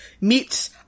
meets